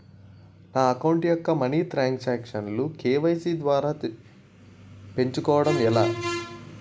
నా అకౌంట్ యెక్క money transaction లు కే.వై.సీ ద్వారా పెంచుకోవడం ఎలా?